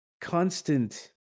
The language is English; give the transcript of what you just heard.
constant